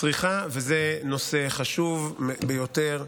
הצריכה, וזה נושא חשוב ביותר.